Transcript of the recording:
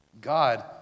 God